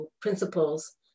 principles